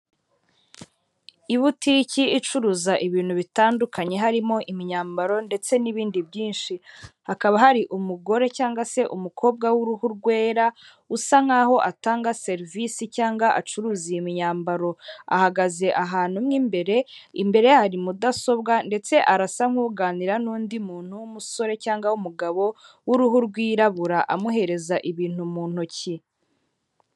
Ibutiki icuruza ibintu bitandukanye, harimo imyambaro ndetse n'ibindi byinshi. Hakaba hari umugore cyangwa se umukobwa w'uruhu rwera, usa nk'aho atanga serivisi cyangwa acuruza iyi myambaro. Ahagaze ahantu mo imbere, imbere ye hari mudasobwa ndetse arasa nk'uganira n'undi muntu w'umusore cyangwa w'umugabo, w'uruhu rwirabura, amuhereza ibintu mu ntoki.